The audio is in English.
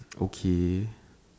okay